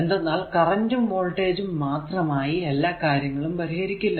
എന്തെന്നാൽ കറന്റും വോൾടേജ് ഉം മാത്രമായി എല്ലാ കാര്യങ്ങളും പരിഹരിക്കില്ല